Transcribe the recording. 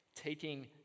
taking